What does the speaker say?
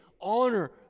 honor